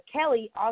Kelly